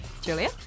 Julia